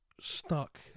stuck